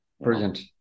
Brilliant